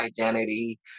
identity